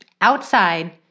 outside